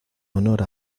honor